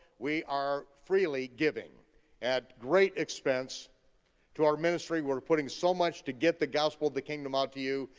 we are freely giving at great expense to our ministry, we're we're putting so much to get the gospel of the kingdom out to you,